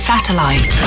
Satellite